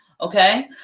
okay